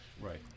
Right